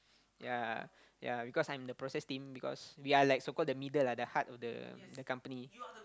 ya ya because I'm the process team because we are like so called the middle lah the heart of the the company